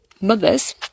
mothers